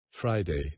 friday